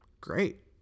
great